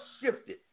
shifted